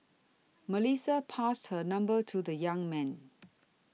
Melissa passed her number to the young man